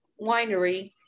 winery